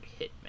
hitman